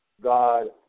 God